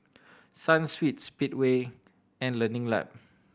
Sunsweet Speedway and Learning Lab